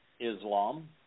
Islam